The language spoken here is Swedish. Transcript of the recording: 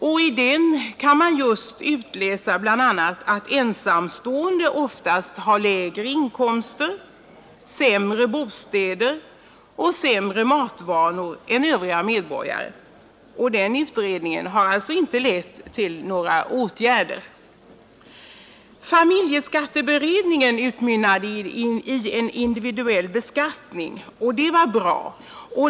Av den kan man bl.a. utläsa att ensamstående oftast har lägre inkomster, sämre bostäder och sämre matvanor än övriga medborgare. Den utredningen har inte lett till några åtgärder. Familjeskatteberedningen utmynnade i en individuell beskattning. Det var bra.